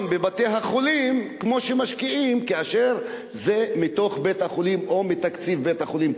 בבתי-החולים כמו שמשקיעים כאשר זה מתוך בית-החולים או מתקציב בית-החולים,